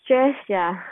stress sia